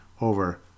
over